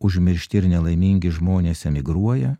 užmiršti ir nelaimingi žmonės emigruoja